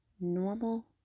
normal